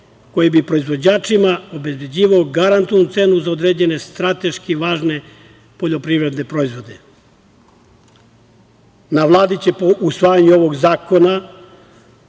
koji bi proizvođačima obezbeđivao garantnu cenu za određene strateški važne poljoprivredne proizvode. Na Vladi će po usvajanju ovog zakona